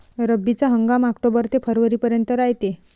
रब्बीचा हंगाम आक्टोबर ते फरवरीपर्यंत रायते